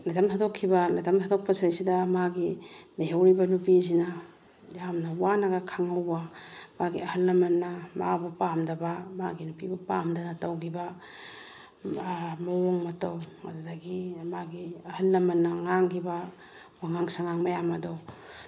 ꯂꯥꯏꯔꯤꯛ ꯇꯝꯕ ꯊꯥꯗꯣꯛꯈꯤꯕ ꯂꯥꯏꯔꯤꯛ ꯇꯝꯕ ꯊꯥꯗꯣꯛꯄꯁꯤꯗꯩꯁꯤꯗ ꯃꯥꯒꯤ ꯂꯩꯍꯧꯔꯤꯕ ꯅꯨꯄꯤꯁꯤꯅ ꯌꯥꯝꯅ ꯋꯥꯅꯒ ꯈꯥꯡꯍꯧꯕ ꯃꯥꯒꯤ ꯑꯍꯜ ꯂꯃꯟꯅ ꯃꯥꯕꯨ ꯄꯥꯝꯗꯕ ꯃꯥꯒꯤ ꯅꯨꯄꯤꯕꯨ ꯄꯥꯝꯗꯅ ꯇꯧꯈꯤꯕ ꯃꯑꯣꯡ ꯃꯇꯧ ꯃꯗꯨꯗꯒꯤ ꯃꯥꯒꯤ ꯑꯍꯜ ꯂꯃꯟꯅ ꯉꯥꯡꯈꯤꯕ ꯋꯥꯉꯥꯡ ꯁꯉꯥꯡ ꯃꯌꯥꯝ ꯑꯗꯣ